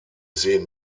sehen